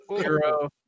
Zero